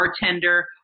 bartender